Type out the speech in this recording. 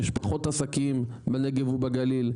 יש פחות עסקים בנגב ובגליל,